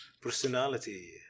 personality